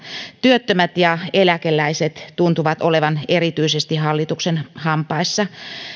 työttömät ja eläkeläiset tuntuvat erityisesti olevan hallituksen hampaissa